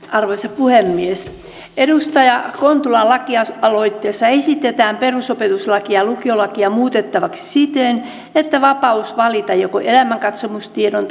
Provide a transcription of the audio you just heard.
arvoisa puhemies edustaja kontulan lakialoitteessa esitetään perusopetuslakia ja lukiolakia muutettavaksi siten että vapaus valita joko elämänkatsomustiedon